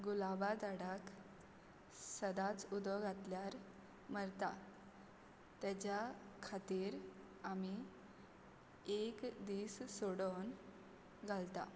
गुलाबा झाडाक सदांच उदक घातल्यार मरतात ताज्या खातीर आमी एक दीस सोडून घालता